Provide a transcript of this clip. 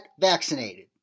vaccinated